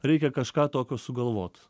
reikia kažką tokio sugalvot